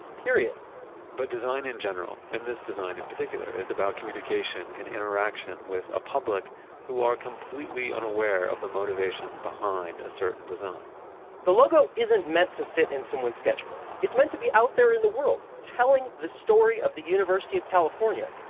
period but design in general and this design, in particular, is about communication and interaction with a public who are completely unaware of the motivations behind a certain design the logo isn't meant to sit in someone's sketchbook. it's meant to be out there in the world, telling the story of the university of california.